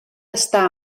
està